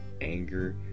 anger